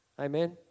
amen